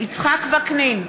יצחק וקנין,